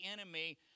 enemy